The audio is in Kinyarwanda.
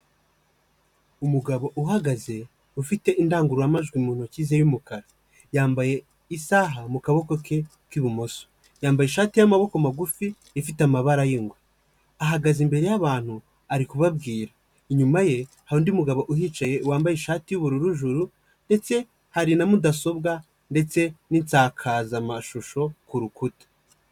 Umugabo uhagaze ufite indangururamajwi mu ntoki ze y'umukara, yambaye isaha mu kaboko ke k'ibumoso, yambaye ishati y'amaboko magufi ifite amabara y'ingwe ahagaze imbere y'abantu ari kubabwira, inyuma ye hari undi mugabo uhicaye wambaye ishati y'ubururu juru ndetse hari na mudasobwa ndetse n'insakazamashusho ku rukuta.